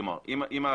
כלומר אם,